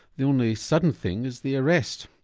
the only sudden thing is the arrest.